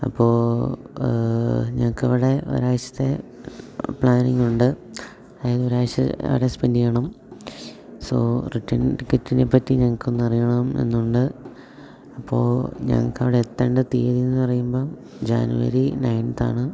അപ്പോൾ ഞങ്ങൾക്ക് അവിടെ ഒരാഴ്ചത്തെ പ്ലാനിംഗുണ്ട് അതായത് ഒരാഴ്ച അവിടെ സ്പെൻഡ് ചെയ്യണം സോ റിട്ടൺ ടിക്കറ്റിനെ പറ്റി ഞങ്ങക്കൊന്നറിയണം എന്നുണ്ട് അപ്പോൾ ഞങ്ങൾക്ക് അവിടെ എത്തേണ്ട തീയതി എന്ന് പറയുമ്പം ജാനുവരി നൈൻത്താണ്